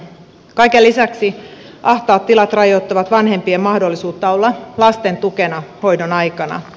kaiken lisäksi ahtaat tilat rajoittavat vanhempien mahdollisuutta olla lasten tukena hoidon aikana